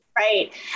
Right